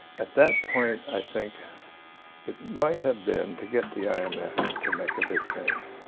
at that point i think it might have been to get the i m f. to make a big change